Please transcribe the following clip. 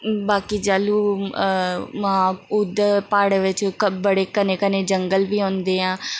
बाकी जेल्लू मां उद्धर प्हाड़ बिच्च बड़े घने घने जंगल बी होंदे ऐ